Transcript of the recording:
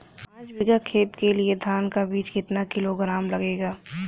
पाँच बीघा खेत के लिये धान का बीज कितना किलोग्राम लगेगा?